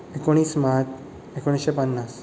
एकुणीस मार्च एकुणीशें पन्नास